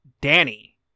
danny